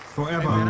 Forever